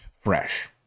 fresh